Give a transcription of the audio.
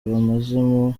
bamazemo